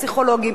פסיכולוגים,